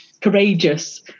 courageous